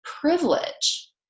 privilege